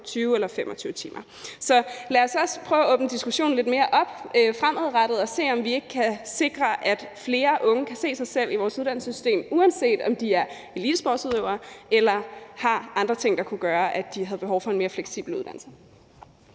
20 eller 25 timer. Så lad os også prøve at åbne diskussionen lidt mere op fremadrettet og se, om vi ikke kan sikre, at flere unge kan se sig selv i vores uddannelsessystem, uanset om de er elitesportsudøvere eller har andre ting, der kunne gøre, at de har behov for en mere fleksibel uddannelse.